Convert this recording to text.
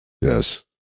Yes